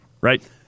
right